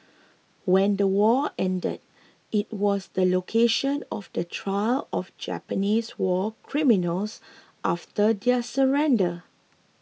when the war ended it was the location of the trial of Japanese war criminals after their surrender